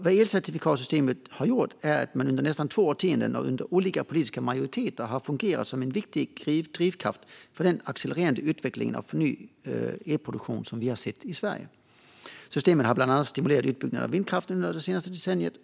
Vad elcertifikatssystemet har gjort är att det under nästan två årtionden och under olika politiska majoriteter har fungerat som en viktig drivkraft för den accelererande utveckling av förnybar elproduktion som vi har sett i Sverige. Systemet har bland annat stimulerat utbyggnaden av vindkraften under det senaste decenniet.